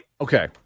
Okay